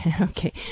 Okay